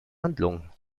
handlung